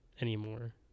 anymore